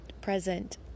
present